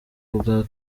bwa